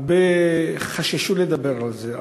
הרבה חששו לדבר על זה,